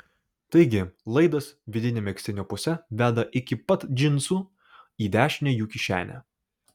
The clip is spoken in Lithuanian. taigi laidas vidine megztinio puse veda iki pat džinsų į dešinę jų kišenę